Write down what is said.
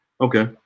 okay